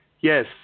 Yes